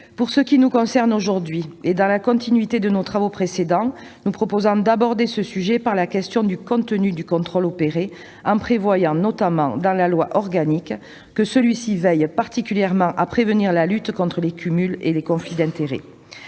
Pour ce qui nous concerne aujourd'hui, et dans la continuité de nos travaux précédents, nous proposons d'aborder ce sujet par la question du contenu du contrôle effectué, en prévoyant notamment, dans le projet de loi organique, que celui-ci a particulièrement pour objet de lutter contre les cumuls et de prévenir les conflits d'intérêts.